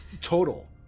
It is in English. Total